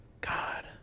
God